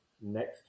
Next